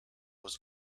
was